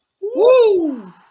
Woo